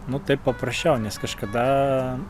nu taip paprasčiau nes kažkada